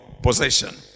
possession